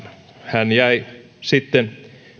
hän jäi sitten